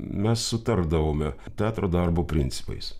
mes sutardavome teatro darbo principais